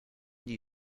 die